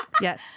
Yes